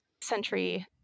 century